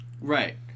right